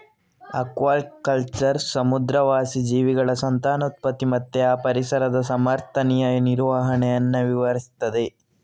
aquaculture ಸಮುದ್ರವಾಸಿ ಜೀವಿಗಳ ಸಂತಾನೋತ್ಪತ್ತಿ ಮತ್ತೆ ಆ ಪರಿಸರದ ಸಮರ್ಥನೀಯ ನಿರ್ವಹಣೆಯನ್ನ ವಿವರಿಸ್ತದೆ